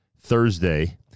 Thursday